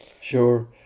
Sure